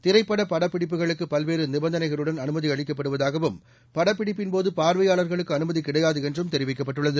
திரைப்பட படப்பிடிப்புகளுக்கு பல்வேறு நிபந்தனைகளுடன் அனுமதி அளிக்கப்படுவதாகவும் படப்படிப்பின்போது பாா்வையாளா்களுக்கு அனுமதி கிடையாது என்றும் தெரிவிக்கப்பட்டுள்ளது